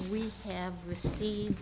we have received